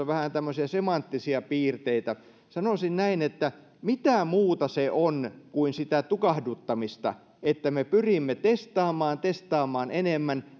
vähän tämmöisiä semanttisia piirteitä sanoisin näin että mitä muuta se on kuin sitä tukahduttamista että me pyrimme testaamaan testaamaan enemmän